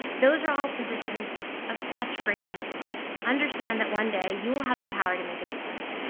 those are all positions of such great influence. understand that one day you will have the power to make a difference,